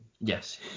yes